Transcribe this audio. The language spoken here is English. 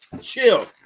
chill